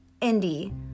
Indy